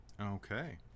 okay